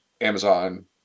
Amazon